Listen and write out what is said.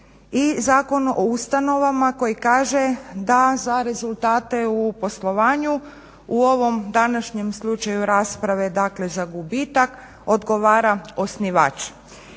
Zakon o ustanovama koji kaže da za rezultate u poslovanju u ovom današnjem slučaju rasprave dakle za gubitak odgovara osnivač.